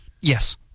Yes